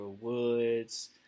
Woods